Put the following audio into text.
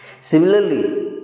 Similarly